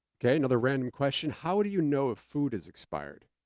kay, another random question. how do you know food is expired?